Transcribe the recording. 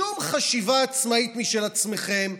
שום חשיבה עצמאית משל עצמכם.